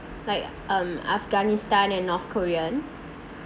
like um Afghanistan and north korean